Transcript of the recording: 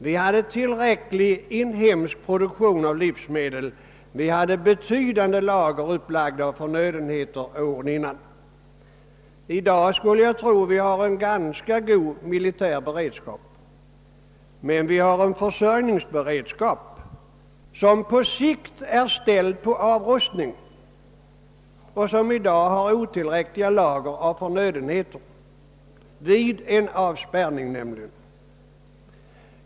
Vi hade tillräcklig inhemsk produktion av livsmedel, och betydande lager av förnödenheter hade upplagts åren innan. Jag skulle tro att vi i dag har en ganska god militär beredskap, medan vår försörjningsberedskap på sikt är ställd på avrustning och våra lager av förnödenheter är otillräckliga vid en avspärrning.